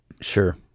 Sure